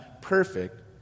perfect